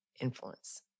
influence